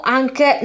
anche